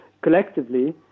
collectively